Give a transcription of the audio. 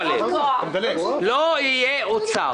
לא יהיה אוצר.